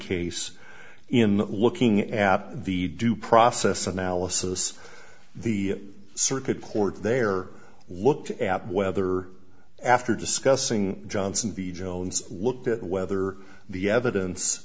case in looking at the due process analysis the circuit court there worked at whether after discussing johnson the jones looked at whether the evidence